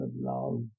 love